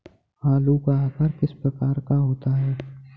आलू का आकार किस प्रकार का होता है?